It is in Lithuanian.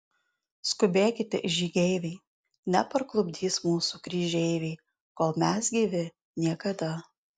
skubėkite žygeiviai neparklupdys mūsų kryžeiviai kol mes gyvi niekada